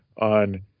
on